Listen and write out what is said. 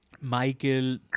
Michael